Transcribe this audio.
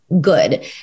good